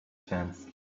chance